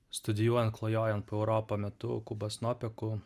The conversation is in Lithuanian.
studijuojant klajojant po europą metu kubas nopeku